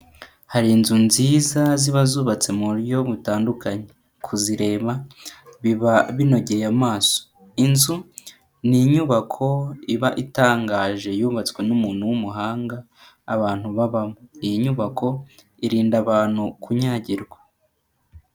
Hari inzu nziza, ziba zubatse mu buryo butandukanye. Kuzireba biba binogeye amaso. Inzu ni inyubako iba itangaje yubatswe n'umuntu w'umuhanga, abantu babamo. Iyi nyubako irinda abantu kunyagirwa.